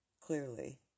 clearly